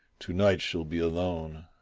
to-night she'll be alone.